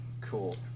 cool